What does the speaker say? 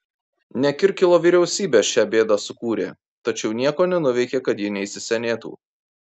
ne kirkilo vyriausybė šią bėdą sukūrė tačiau nieko nenuveikė kad ji neįsisenėtų